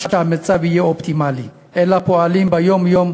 שהמצב יהיה אופטימלי אלא פועלים ביום-יום,